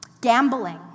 gambling